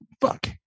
fuck